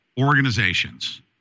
organizations